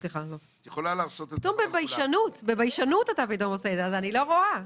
סליחה, פתאום בביישנות, אז אני לא רואה.